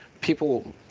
People